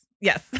Yes